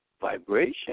vibration